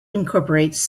incorporates